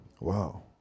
Wow